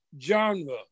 genre